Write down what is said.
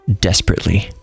desperately